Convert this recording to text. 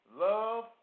love